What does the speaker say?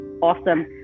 awesome